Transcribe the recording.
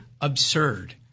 absurd